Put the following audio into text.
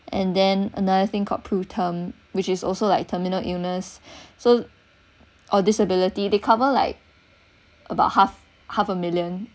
and then another thing called pru term which is also like terminal illness so or disability they cover like about half half a million